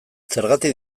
zergatik